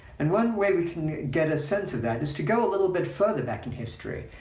and one way we can get a sense of that is to go a little bit further back in history,